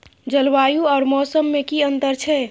जलवायु और मौसम में कि अंतर छै?